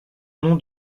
nom